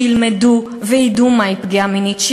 שילמדו וידעו מהי פגיעה מינית,